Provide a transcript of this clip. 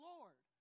Lord